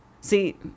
See